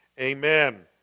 Amen